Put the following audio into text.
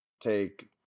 take